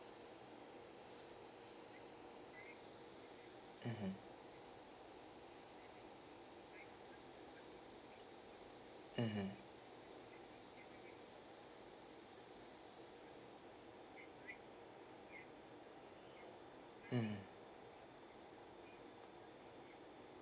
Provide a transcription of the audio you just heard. mmhmm mmhmm mmhmm